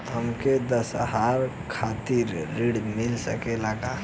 हमके दशहारा खातिर ऋण मिल सकेला का?